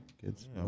kids